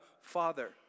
father